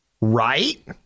Right